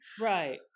right